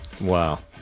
Wow